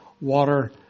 water